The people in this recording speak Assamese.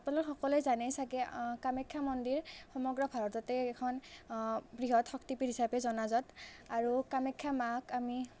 আপোনালোকে সকলোৱে জানেই চাগে কামাখ্যা মন্দিৰ সমগ্ৰ ভাৰততেই এখন বৃহৎ শক্তিপীঠ হিচাপে জনাজাত আৰু কামাখ্যা মাক আমি